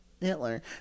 Hitler